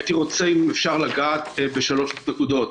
הייתי רוצה, אם אפשר, לגעת בשלוש נקודות.